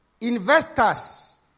investors